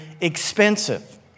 expensive